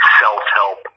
self-help